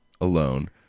Alone